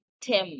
Tim